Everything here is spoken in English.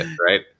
right